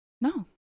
No